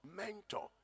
mentor